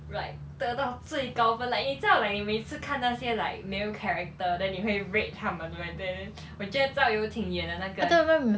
like 得到最高分 like 你知道 like 你每次看那些 like 没有 character then 会 rate 他们 like that eh 我觉得趙又廷演的那个